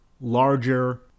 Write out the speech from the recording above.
larger